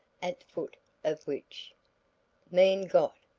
at foot of which mein gott,